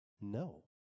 No